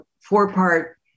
four-part